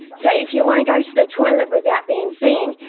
so, if you want to go to the toilet without being seen,